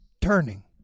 turning